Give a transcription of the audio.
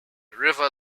river